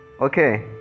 okay